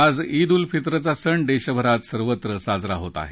आज ईद उल फित्रचा सण देशभरात सर्वत्र साजरा होत आहे